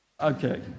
Okay